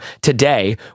today